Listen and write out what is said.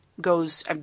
goes